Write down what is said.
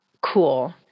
cool